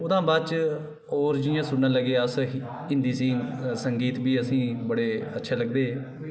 ओहदे बाद जिसी सुनन लगे अस हिंदी संगीत बी आसेंगी बडे़ अच्छे लगदे हे